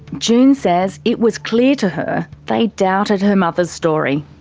june says it was clear to her they doubted her mother's story.